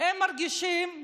הם מרגישים גאווה,